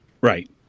Right